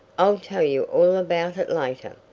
i'll tell you all about it later.